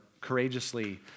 courageously